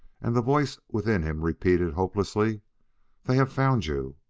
and the voice within him repeated hopelessly they have found you.